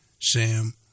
Sam